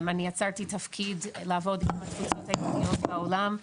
אני יצרתי תפקיד לעבוד בתפוצות בעולם,